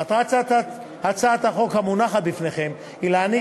מטרת הצעת החוק המונחת בפניכם היא לתת